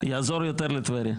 יעזור יותר לטבריה.